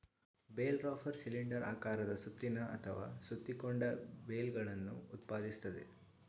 bale wrapper cylinder ಆಕಾರದ ಸುತ್ತಿನ ಅಥವಾ ಸುತ್ತಿಕೊಂಡ ಬೇಲ್ಗಳನ್ನು ಉತ್ಪಾದಿಸ್ತದೆ